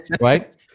right